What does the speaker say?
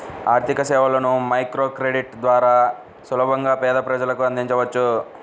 ఆర్థికసేవలను మైక్రోక్రెడిట్ ద్వారా సులభంగా పేద ప్రజలకు అందించవచ్చు